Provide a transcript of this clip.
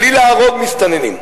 בלי להרוג מסתננים.